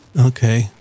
Okay